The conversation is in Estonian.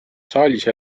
saalis